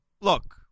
Look